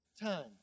time